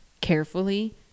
carefully